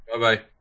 Bye-bye